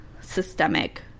systemic